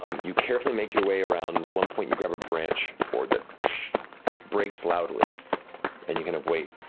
um you carefully make your way around, at one point, you grab branch, fjord, that breaks loudly and you kind of wait.